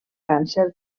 càncer